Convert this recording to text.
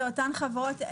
אלו אותן חברות,